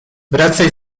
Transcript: wracaj